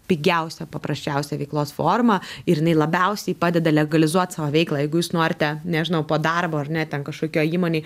pigiausia paprasčiausia veiklos forma ir jinai labiausiai padeda legalizuot savo veiklą jeigu jūs norite nežinau po darbo ar ne ten kažkokioj įmonėj